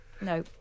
No